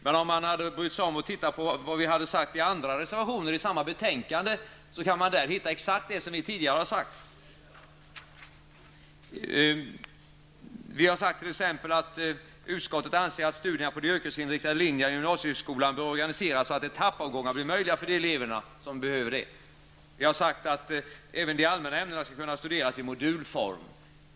Men om de hade besvärat sig med att läsa vad vi sade i andra reservationer i samma betänkande, skulle de ha funnit att det överensstämde exakt med vad vi tidigare har sagt. Vi har exempelvis sagt att utskottet anser att studierna på de yrkesinriktade linjerna i gymnasieskolan bör organiseras så att etappavgångar blir möjliga för elever som behöver det. Vi har också sagt att även de allmänna ämnena skall kunna studeras i modulform.